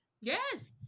yes